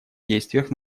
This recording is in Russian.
действиях